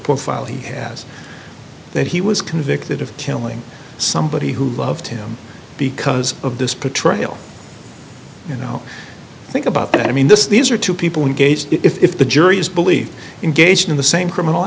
profile he has that he was convicted of killing somebody who loved him because of this patrol you know think about it i mean this these are two people engaged if the jury is believe in geisha in the same criminal